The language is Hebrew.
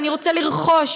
אבל אני רוצה לרכוש,